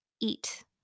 eat